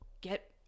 get